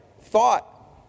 Thought